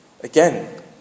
Again